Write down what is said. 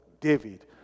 David